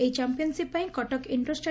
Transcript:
ଏହି ଚାମ୍ପିୟନସିପ୍ ପାଇଁ କଟକ ଇନ୍ଡୋର ଷ୍